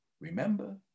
remember